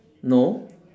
no